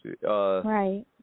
Right